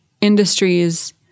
industries